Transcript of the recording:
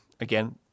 again